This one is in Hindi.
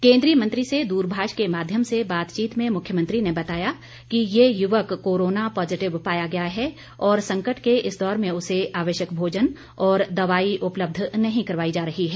केन्द्रीय मंत्री से दूरभाष के माध्यम से बातचीत में मुख्यमंत्री ने बताया कि ये युवक कोरोना पॉज़िटिव पाया गया है और संकट के इस दौर में उसे आवश्यक भोजन और दवाई उपलब्ध नहीं करवाई जा रही है